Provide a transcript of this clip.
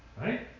right